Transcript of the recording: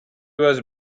was